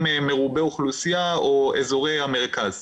מרובי אוכלוסייה או אזורי המרכז.